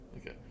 Okay